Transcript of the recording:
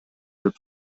деп